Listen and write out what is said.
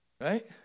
Right